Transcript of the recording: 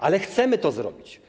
Ale chcemy to zrobić.